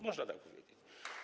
Można tak powiedzieć.